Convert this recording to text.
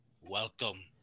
welcome